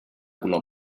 color